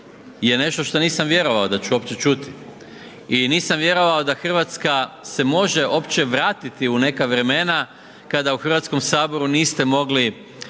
je nešto šta nisam vjerovao da ću uopće čuti. I nisam vjerovao da Hrvatska se može uopće vratiti u neka vremena kada u Hrvatskom saboru niste mogli